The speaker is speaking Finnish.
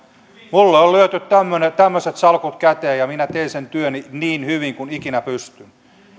minulle on lyöty tämmöiset salkut käteen ja ja minä työn sen työni niin hyvin kuin ikinä pystyn